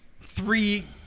three